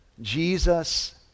Jesus